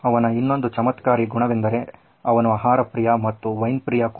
ಅವನ ಇನ್ನೊಂದು ಚಮತ್ಕಾರಿ ಗುಣವೆಂದರೆ ಅವನು ಆಹಾರ ಪ್ರಿಯ ಮತ್ತು ವೈನ್ ಪ್ರಿಯ ಕೂಡ